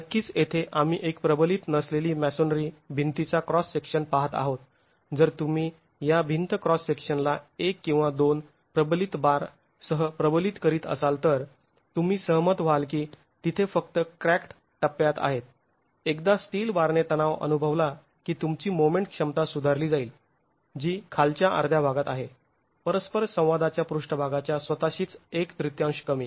नक्कीच येथे आम्ही एक प्रबलित नसलेली मॅसोनरी भिंतीचा क्रॉस सेक्शन पाहत आहोत जर तुम्ही या भिंत क्रॉस सेक्शनला एक किंवा दोन प्रबलित बार सह प्रबलित करीत असाल तर तुम्ही सहमत व्हाल की तिथे फक्त क्रॅक्ड टप्प्यात आहे एकदा स्टील बारने तणाव अनुभवला की तुमची मोमेंट क्षमता सुधारली जाईल जी खालच्या अर्ध्या भागात आहे परस्पर संवादाच्या पृष्ठभागाच्या स्वतःशीच एक तृतीयांश कमी